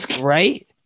Right